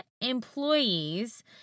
employees